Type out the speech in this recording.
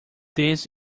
this